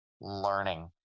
learning